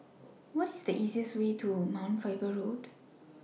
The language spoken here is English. What IS The easiest Way to Mount Faber Road